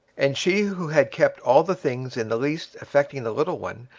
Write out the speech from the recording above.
and she who had kept all the things in the least affecting the little one,